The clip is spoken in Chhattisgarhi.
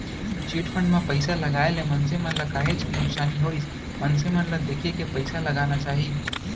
चिटफंड म पइसा लगाए ले मनसे मन ल काहेच के नुकसानी होइस मनसे मन ल देखे के पइसा लगाना चाही